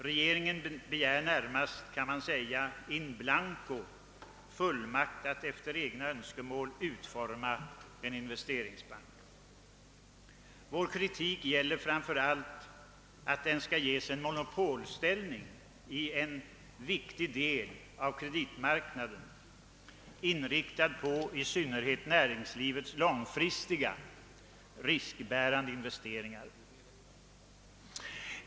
Regeringen begär närmast fullmakt in blanco att efter egna önskemål utforma en investeringsbank. Vår kritik gäller framför allt att den skall ges en monopolställning i en viktig del av kreditmarknaden, inriktad på i synnerhet näringslivets långfristiga riskbärande investeringar.